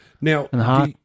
Now